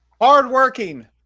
hardworking